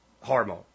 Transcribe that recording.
hormone